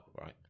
right